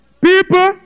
people